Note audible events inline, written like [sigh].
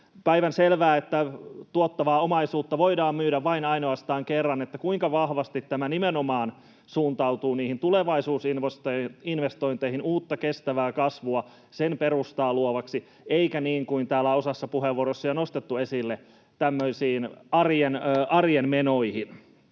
päivänselvää, että tuottavaa omaisuutta voidaan myydä vain ja ainoastaan kerran. Kuinka vahvasti tämä nimenomaan suuntautuu niihin tulevaisuusinvestointeihin, uutta kestävää kasvua, sen perustaa luovaksi, eikä, niin kuin täällä osassa puheenvuoroissa on jo nostettu esille, [noise] tämmöisiin arjen menoihin?